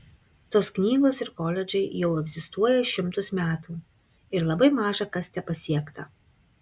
tos knygos ir koledžai jau egzistuoja šimtus metų ir labai maža kas tepasiekta